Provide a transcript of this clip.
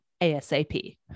ASAP